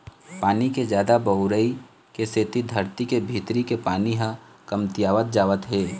पानी के जादा बउरई के सेती धरती के भीतरी के पानी ह कमतियावत जावत हे